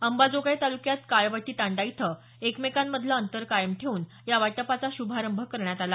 अंबाजोगाई तालुक्यात काळवटी तांडा इथं एकमेकांमधलं अंतर कायम ठेऊन या वाटपाचा शुभारंभ करण्यात आला